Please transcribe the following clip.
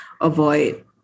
avoid